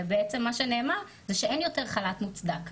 ובעצם מה שנאמר זה שאין יותר חל"ת מוצדק.